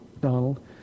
Donald